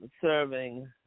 serving